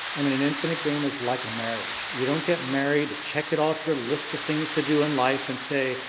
i mean, an infinite game is like a marriage. you don't get married, check it off your list of things to do in life and say,